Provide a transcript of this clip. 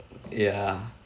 yeah